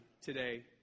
today